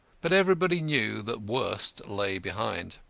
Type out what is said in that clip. but everybody knew that worse lay behind.